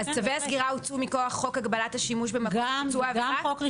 אז צווי הסגירה הוצאו מכוח חוק הגבלת השימוש במקום ביצוע העבירה?